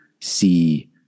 see